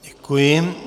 Děkuji.